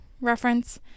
reference